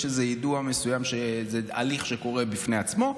יש איזה יידוע מסוים שזה הליך יקרה בפני עצמו.